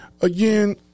Again